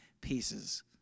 pieces